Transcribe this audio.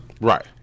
Right